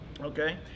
okay